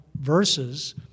verses